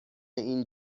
این